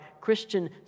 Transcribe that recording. Christian